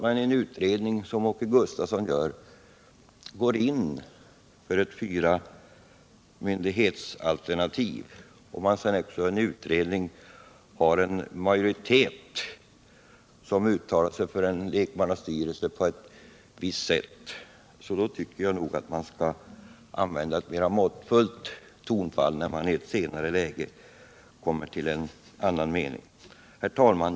Om man som Åke Gustavsson gör i en utredning går in för ett fyramyndighetsalternativ och utredningens majoritet uttalar sig för en lekmannastyrelse som har en viss sammansättning, då tycker jag att man bör använda ett mera måttfullt tonfall när man i ett senare läge kommer fram till en annan mening. Herr talman!